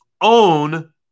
own